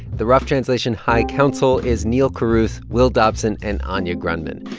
the rough translation high council is neal carruth, will dobson and anya grundmann.